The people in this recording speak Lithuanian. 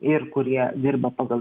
ir kurie dirba pagal